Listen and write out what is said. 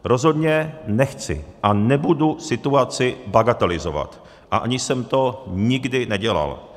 Rozhodně nechci a nebudu situaci bagatelizovat a ani jsem to nikdy nedělal.